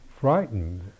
frightened